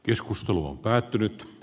keskustelu on päättynyt